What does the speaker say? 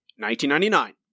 1999